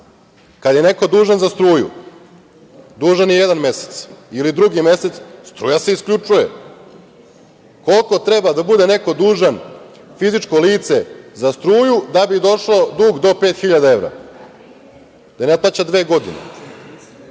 je neko dužan za struju, dužan je jedan mesec. Drugi mesec struja se isključuje. Koliko treba da bude neko dužan, fizičko lice, za struju da bi došao dug do pet hiljada? Da ne plaća dve godine.